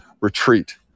retreat